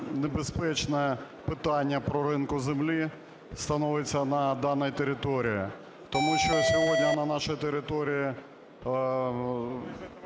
небезпечне питання про ринок землі становиться на даній території. Тому що сьогодні на нашій території